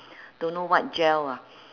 don't know what gel ah